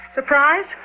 Surprise